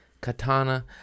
katana